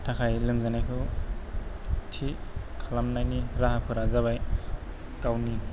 थाखाय लोमजानायखौ थि खालामनायनि राहाफोरा जाबाय गावनि